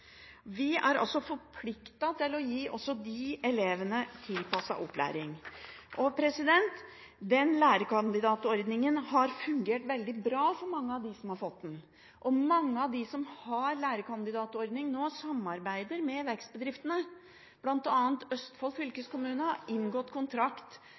Vi er altså forpliktet til å gi også disse elevene tilpasset opplæring. Lærekandidatordningen har fungert veldig bra for mange av dem som har fått benytte den. Mange av dem som er i lærekandidatordningen nå, samarbeider med vekstbedriftene. Blant annet har Østfold fylkeskommune inngått kontrakt